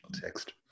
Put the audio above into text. text